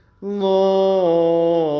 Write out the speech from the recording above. Lord